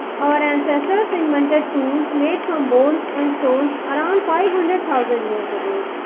our ancestors' invented tools made from bones and stones around five hundred thousand years ago.